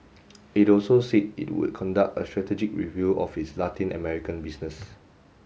it also said it would conduct a strategic review of its Latin American business